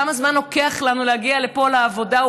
כמה זמן לוקח לנו להגיע לפה, לעבודה?